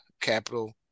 capital